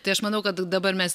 tai aš manau kad dabar mes